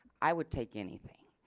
i would take anything.